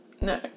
No